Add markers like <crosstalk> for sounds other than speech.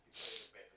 <noise>